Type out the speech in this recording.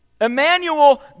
Emmanuel